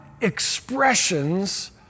expressions